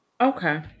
Okay